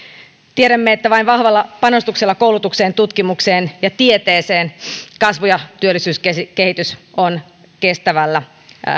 tiedämme että vain vahvalla panostuksella koulutukseen tutkimukseen ja tieteeseen kasvu ja työllisyyskehitys on kestävällä